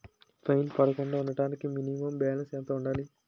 Fine పడకుండా ఉండటానికి minimum balance ఎంత ఉండాలి?